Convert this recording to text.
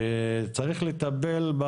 האחריות היא שצריך לטפל,